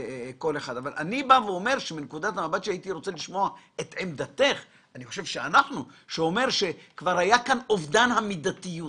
הייתי רוצה לשמוע את עמדתך על כך שכבר היה כאן אובדן המידתיות.